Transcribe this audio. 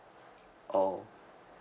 oh